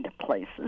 places